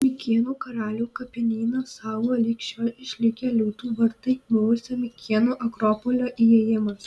mikėnų karalių kapinyną saugo lig šiol išlikę liūtų vartai buvusio mikėnų akropolio įėjimas